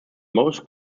most